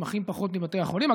ונתמכים פחות מבתי החולים.